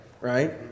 right